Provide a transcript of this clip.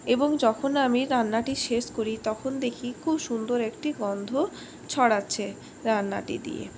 এবং যখন আমি রান্নাটি শেষ করি তখন দেখি খুব সুন্দর একটি গন্ধ ছড়াচ্ছে রান্নাটি দিয়ে